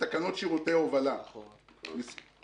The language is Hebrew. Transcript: לתקנות שירותי הובלה, חד-משמעית.